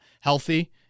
healthy